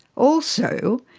also,